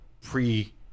pre